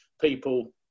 people